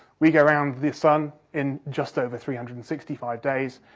we go round the sun in just over three hundred and sixty five days,